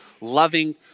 loving